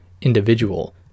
individual